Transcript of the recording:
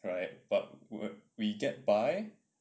alright but we we get by